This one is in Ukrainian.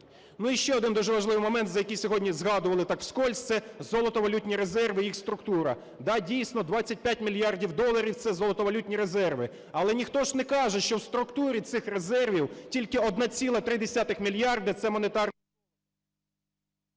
І ще один дуже важливий момент, за який сьогодні згадували так, вскользь, це золотовалютні резерви і їх структура. Да, дійсно, 25 мільярдів доларів – це золотовалютні резерви. Але ніхто ж не каже, що в структурі цих резервів тільки 1,3 мільярда - це монетарна…